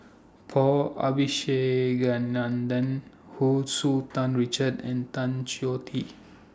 Paul Abisheganaden Hu Tsu Tan Richard and Tan Choh Tee